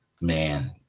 man